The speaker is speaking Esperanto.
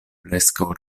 preskaŭ